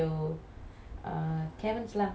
swee we go caverns fro dinner